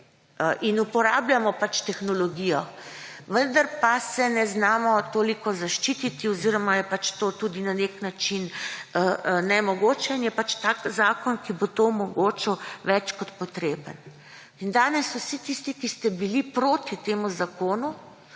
in uporabljamo pač tehnologijo. Vendar pa se ne znamo toliko zaščititi oziroma je pač to tudi na nek način nemogoče. In je pač tak zakon, ki bo to omgočal, več kot potreben. Danes vse tiste, ki ste bili proti temu zakonu,